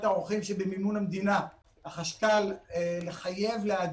אני חושב שאחד הדברים שהם אבן שואבת לתיירות ובסוף אין מה לעשות,